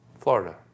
Florida